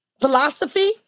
philosophy